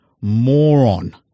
moron